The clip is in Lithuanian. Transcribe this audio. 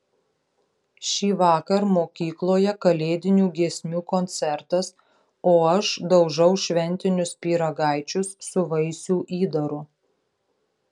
šįvakar mokykloje kalėdinių giesmių koncertas o aš daužau šventinius pyragaičius su vaisių įdaru